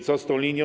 Co z tą linią?